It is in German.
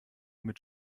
mit